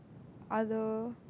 other